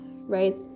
right